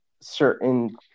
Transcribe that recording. certain